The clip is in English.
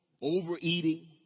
overeating